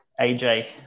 AJ